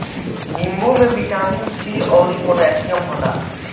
नींबू में vitamin C अउरी पोटैशियम होला